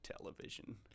television